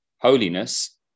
holiness